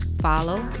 follow